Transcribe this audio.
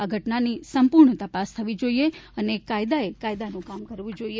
આ ઘટનાની સંપૂર્ણ તપાસ થવી જોઈએ અને કાયદાએ કાયદાનું કામ કરવું જોઈએ